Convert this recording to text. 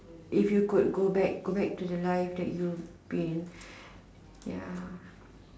if you could go back go back to the life that you've been ya